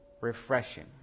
refreshing